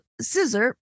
scissor